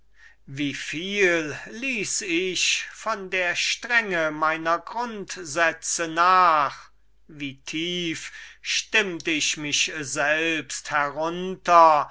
würde wieviel ließ ich von meinen grundsätzen nach wie tief stimmte ich mich selbst herab